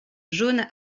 jaune